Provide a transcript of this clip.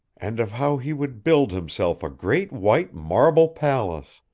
and of how he would build himself a great white marble palace,